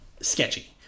sketchy